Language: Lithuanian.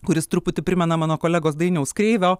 kuris truputį primena mano kolegos dainiaus kreivio